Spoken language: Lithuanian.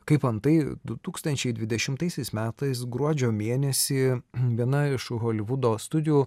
kaip antai du tūkstančiai dvidešimtaisiais metais gruodžio mėnesį viena iš holivudo studijų